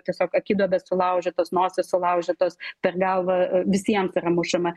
tiesiog akiduobės sulaužytos nosys sulaužytos per galvą visiems yra mušama